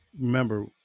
remember